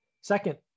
Second